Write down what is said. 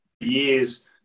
years